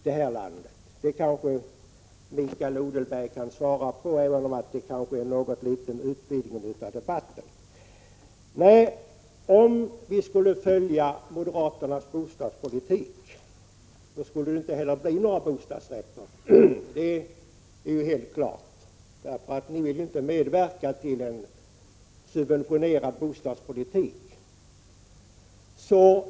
Det kanske Mikael Odenberg kan svara på, även om det är någon liten utvidgning av debatten. Om vi skulle följa moderaternas bostadspolitik skulle det inte heller finnas några bostadrätter, för ni vill inte medverka till en subventionerad bostadspolitik.